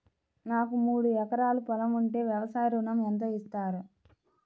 నాకు మూడు ఎకరాలు పొలం ఉంటే వ్యవసాయ ఋణం ఎంత ఇస్తారు?